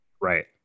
Right